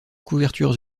couvertures